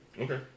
Okay